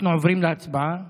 אנחנו עוברים להצבעה